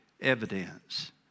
evidence